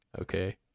okay